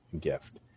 gift